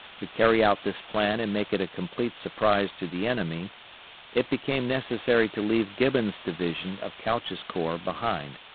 to carry out this plan and make it a complete surprise to the enemy it became necessary to leave gibbon's division of couch's corps behind,